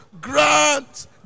Grant